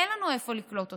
אין לנו איפה לקלוט אותם.